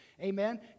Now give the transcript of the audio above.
amen